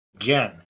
again